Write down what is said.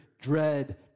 dread